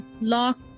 lock